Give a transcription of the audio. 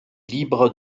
libre